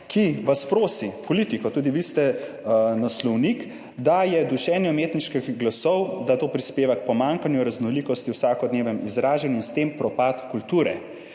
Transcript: ki vas prosi, politiko, tudi vi ste naslovnik: dušenje umetniških glasov prispeva k pomanjkanju raznolikosti v vsakodnevnem izražanju in s tem propad kulture.